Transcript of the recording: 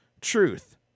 truth